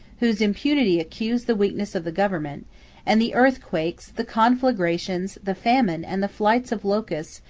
whose impunity accused the weakness of the government and the earthquakes, the conflagrations, the famine, and the flights of locusts,